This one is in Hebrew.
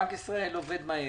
על פי רוב בנק ישראל עובד מהר,